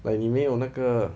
like 你没有那个